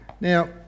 Now